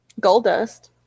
Goldust